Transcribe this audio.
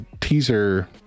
teaser